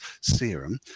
Serum